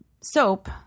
soap